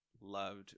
loved